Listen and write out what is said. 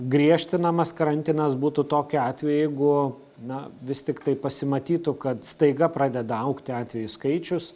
griežtinamas karantinas būtų tokiu atveju jeigu na vis tiktai pasimatytų kad staiga pradeda augti atvejų skaičius